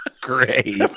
Great